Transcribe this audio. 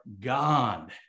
God